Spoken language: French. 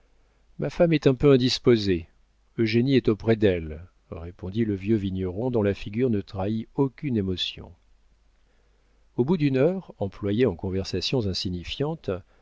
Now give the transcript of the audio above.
ma femme est un peu indisposée eugénie est auprès d'elle répondit le vieux vigneron dont la figure ne trahit aucune émotion au bout d'une heure employée en conversations insignifiantes